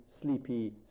sleepy